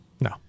No